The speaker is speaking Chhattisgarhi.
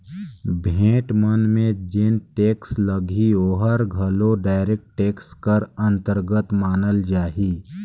भेंट मन में जेन टेक्स लगही ओहर घलो डायरेक्ट टेक्स कर अंतरगत मानल जाही